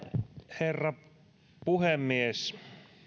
herra puhemies